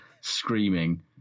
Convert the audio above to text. screaming